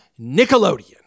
nickelodeon